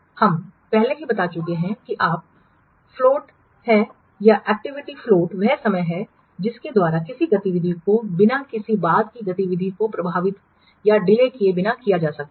हम पहले ही बता चुके हैं कि आप फ्लोट है जो फ्लोट है या एक्टिविटी फ्लोट वह समय है जिसके द्वारा किसी गतिविधि को बिना किसी बाद की गतिविधि को प्रभावित किए विलंबित किया जा सकता है